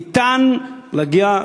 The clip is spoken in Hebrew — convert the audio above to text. שניתן להגיע,